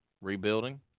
Rebuilding